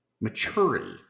maturity